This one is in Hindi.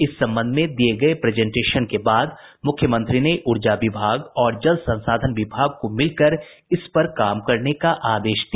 इस संबंध में दिये गये प्रजेंटेशन के बाद मुख्यमंत्री ने ऊर्जा विभाग और जल संसाधन विभाग को मिलकर इस पर काम करने का आदेश दिया